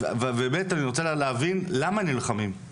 אני באמת רוצה להבין למה נלחמים.